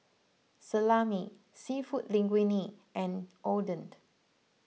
Salami Seafood Linguine and Odent